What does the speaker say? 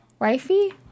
Wifey